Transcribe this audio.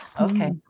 Okay